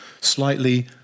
slightly